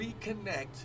reconnect